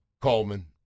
Coleman